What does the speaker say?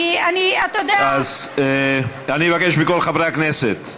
אני, אתה יודע, אני מבקש מכל חברי הכנסת.